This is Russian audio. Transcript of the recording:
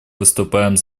выступает